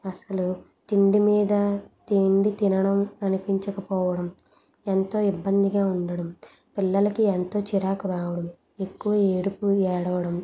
అసలు తిండి మీద తిండి తినడం అనిపించకపోవడం ఎంతో ఇబ్బందిగా ఉండడం పిల్లలకి ఎంతో చిరాకు రావడం ఎక్కువ ఏడుపు ఏడవడం